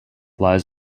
lies